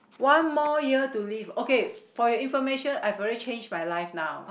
one more year to live okay for your information I've already change my life now